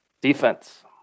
Defense